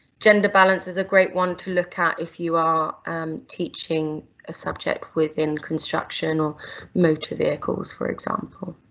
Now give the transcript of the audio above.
gender balance is a great one to look at if you are teaching a subject within construction, or motor vehicles for example.